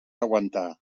aguantar